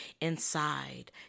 inside